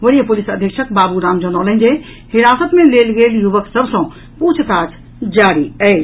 वरीय पुलिस अधीक्षक बाबू राम जनौलनि जे हिरासत मे लेल गेल युवक सभ सँ पूछ ताछ जारी अछि